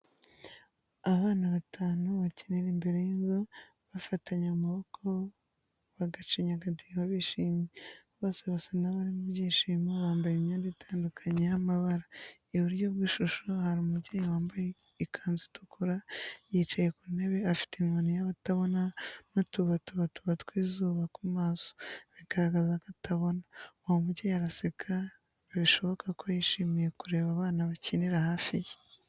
Bana batanu bakinira imbere y'inzu, bafatanye mu maboko bagacinya akadiho bishimye. Bose basa n'abari mu byishimo, bambaye imyenda itandukanye y'amabara. Iburyo bw’ishusho hari umubyeyi wambaye ikanzu itukura, yicaye ku ntebe afite inkoni y’abatabona n’utubatubatuba tw’izuba ku maso, bigaragaza ko atabona. Uwo mubyeyi araseka, bishoboka ko yishimiye kureba abana bakinira hafi ye.